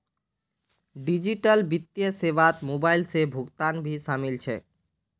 digital वित्तीय सेवात mobile से भुगतान भी शामिल छे